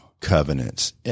covenants